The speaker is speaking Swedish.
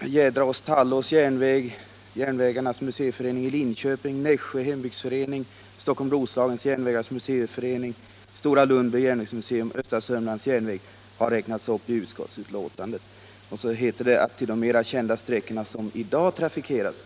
Jädraås-Tallås järnväg, Järnvägarnas museiförening i Linköping, Nässjö hembygdsförening, Stockholm-Roslagens järnvägars museiförening, Stora Lundby järnvägsmuseum och Östra Södermanlands järnväg har räknats upp i utskottsbetänkandet. Sedan heter det att till ”de mer kända sträckor som i dag trafikeras